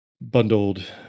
bundled